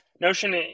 Notion